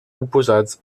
oposats